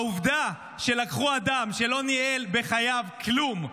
העובדה שלקחו אדם שלא ניהל בחייו כלום,